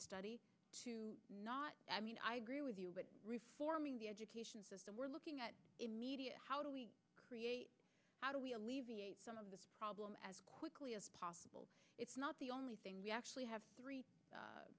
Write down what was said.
study to not i mean i agree with you but reforming the education system we're looking at immediate how do we create how do we alleviate some of the problem as quickly as possible it's not the only thing we actually have three